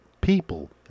people